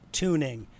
tuning